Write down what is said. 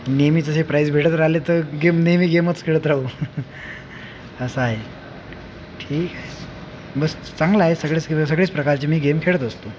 नेहमीच हे प्राइज भेटत राहिलं तर गेम नेहमी गेमच खेळत राहू असं आहे ठीक बस चांगलंय सगळंच की सगळेच प्रकारचे मी गेम खेळत असतो